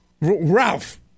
Ralph